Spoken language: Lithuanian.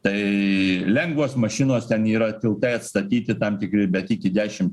tai lengvos mašinos ten yra tiltai atstatyti tam tikri bet iki dešim